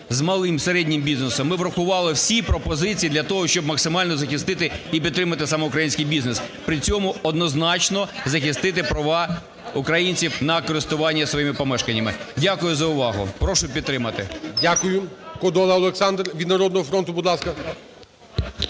з малим, середнім бізнесом ми врахували всі пропозиції для того, щоб максимально захистити і підтримати саме український бізнес, при цьому однозначно захистити права українців на користування своїми помешканнями. Дякую за увагу. Прошу підтримати. ГОЛОВУЮЧИЙ. Дякую. Кодола Олександр від "Народного фронту", будь ласка.